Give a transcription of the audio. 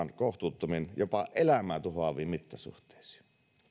kohtuuttomiin jopa elämää tuhoaviin mittasuhteisiin